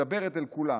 מדברת אל כולם,